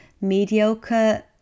mediocre